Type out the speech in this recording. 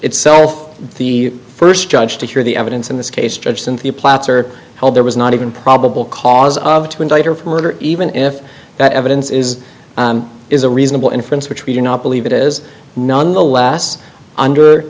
itself the first judge to hear the evidence in this case judge cynthia placer held there was not and probable cause of to indict her for murder even if that evidence is is a reasonable inference which we do not believe it is nonetheless under